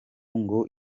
ngo